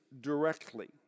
directly